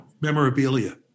memorabilia